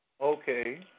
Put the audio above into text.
Okay